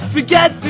Forget